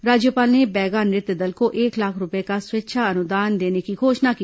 राज्यपाल ने बैगा नृत्य दल को एक लाख रूपए का स्वेच्छा अनुदान देने की घोषणा की